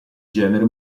genere